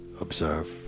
observe